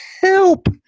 help